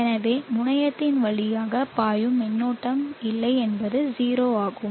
எனவே முனையத்தின் வழியாக பாயும் மின்னோட்டம் இல்லை என்பது 0 ஆகும்